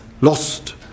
lost